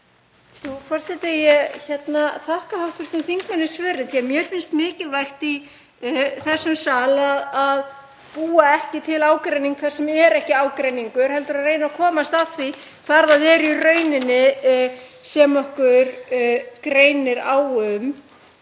Frú forseti. Ég þakka hv. þingmanni svörin því að mér finnst mikilvægt í þessum sal að búa ekki til ágreining þar sem er ekki ágreiningur, heldur reyna að komast að því hvað það er í rauninni sem okkur greinir á um.